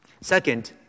Second